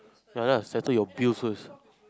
ya lah settle your bills first